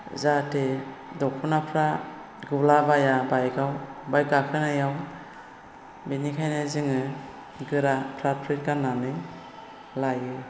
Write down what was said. जाहाथे दख'नाफ्रा गुलाबाया बाइकआव बाइक गाखोनायाव बिनिखायनो जोङो गोरा फ्राथ फ्रिथ गाननानै लायो